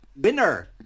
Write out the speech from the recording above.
winner